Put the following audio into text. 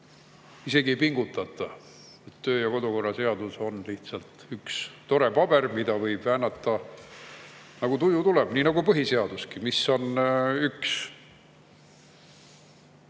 ei pingutata. Kodu‑ ja töökorra seadus on lihtsalt üks tore paber, mida võib väänata, nagu tuju tuleb. Nii nagu põhiseaduski on üks